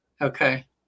Okay